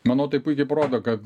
manau tai puikiai parodo kad